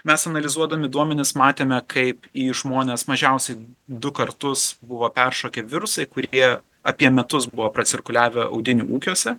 mes analizuodami duomenis matėme kaip į žmones mažiausiai du kartus buvo peršokę virusai kurie apie metus buvo pracirkuliavę audinių ūkiuose